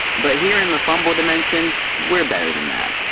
but here in the fumbled dimension, we're better than that.